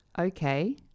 Okay